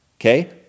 okay